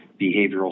behavioral